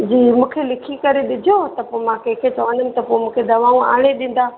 जी मूंखे लिखी करे ॾिजो त पोइ मां कंहिंखे चवंदमि त पोइ मूंखे दवाऊं हाणे ॾींदा